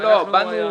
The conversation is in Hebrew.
לא, באנו